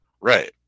right